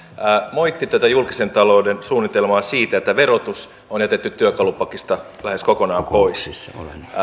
moitti tätä julkisen talouden suunnitelmaa siitä että verotus on jätetty työkalupakista lähes kokonaan pois